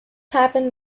happened